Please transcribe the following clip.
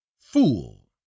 Fool